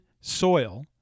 soil